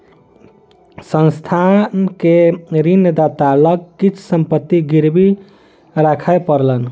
संस्थान के ऋणदाता लग किछ संपत्ति गिरवी राखअ पड़लैन